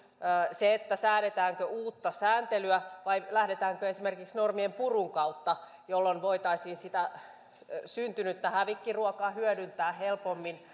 se säädetäänkö uutta sääntelyä vai lähdetäänkö esimerkiksi normienpurun kautta jolloin voitaisiin sitä syntynyttä hävikkiruokaa hyödyntää helpommin